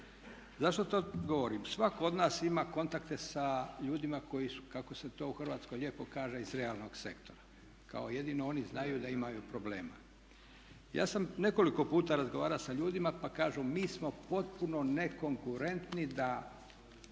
Zašto to govorim? Svako od nas ima kontakte sa ljudima koji su kako se to u Hrvatskoj lijepo kaže iz realnog sektora, kao jedino oni znaju da imaju problema. Ja sam nekoliko puta razgovarao sa ljudima pa kažu mi smo potpuno nekonkurentni da